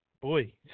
Boy